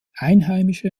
einheimische